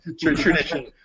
tradition